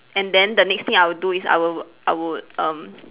and then the next thing I will do is I would I would um